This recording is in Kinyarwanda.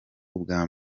ubwa